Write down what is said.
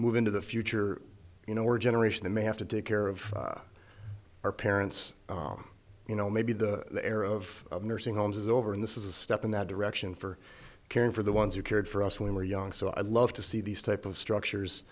move into the future you know where generation may have to take care of our parents you know maybe the era of nursing homes is over and this is a step in that direction for caring for the ones who cared for us when we're young so i'd love to see these type of structures